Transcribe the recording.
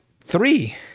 three